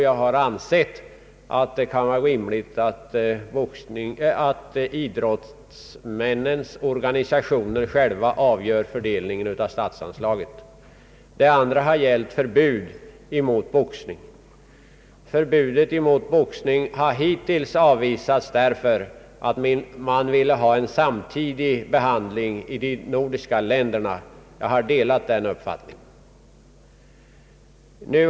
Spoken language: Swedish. Jag har ansett det vara rimligt att idrottsmännens organisationer själva avgör för delningen av statsanslaget. Det andra fallet har gällt förbud mot boxning. Ett förbud mot boxningen har hittills avvisats därför att man ville ha en samtidig behandling i de nordiska länderna. Jag har delat den uppfattningen.